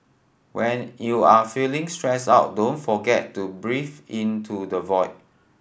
when you are feeling stressed out don't forget to breathe into the void